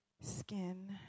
skin